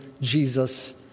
Jesus